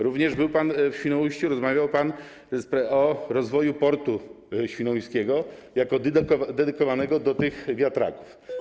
Również był pan w Świnoujściu, rozmawiał pan o rozwoju portu świnoujskiego jako dedykowanego do wiatraków.